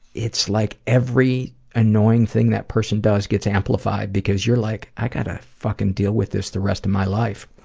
it's like every annoying thing that person does gets amplified. because you're like, i gotta fuckin' deal with this the rest of my life.